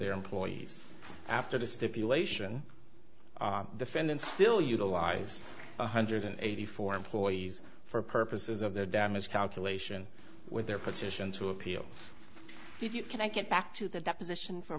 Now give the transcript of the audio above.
their employees after the stipulation defendant still utilized one hundred eighty four employees for purposes of the damage calculation with their petition to appeal if you can i get back to the deposition for a